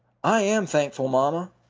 i am thankful, mamma.